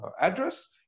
address